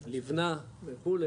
וליבנה וכו',